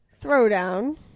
throwdown